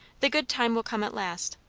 the good time will come at last.